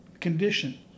condition